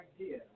idea